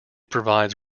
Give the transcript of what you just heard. provides